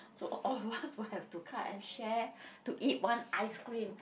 so all of us will have to cut and share to eat one ice cream